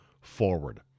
forward